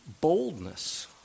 boldness